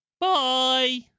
bye